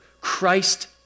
Christ